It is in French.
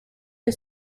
que